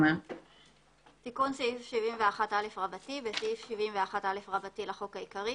תיקון סעיף 71א6. בסעיף 71א לחוק העיקרי,